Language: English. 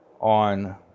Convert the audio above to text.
on